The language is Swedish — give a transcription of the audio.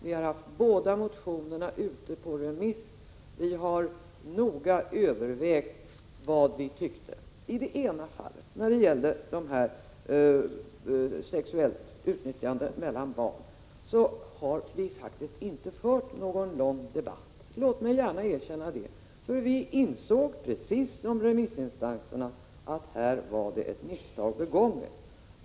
Vi har skickat båda motionerna på remiss, och vi har noga övervägt vad vi tyckte. I det ena fallet, när det gäller sexuellt utnyttjande av barn, har vi faktiskt inte fört någon lång debatt — låt mig gärna erkänna det. Vi ansåg nämligen, precis som remissinstanserna, att ett misstag hade begåtts i detta fall.